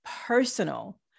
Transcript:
personal